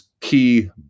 key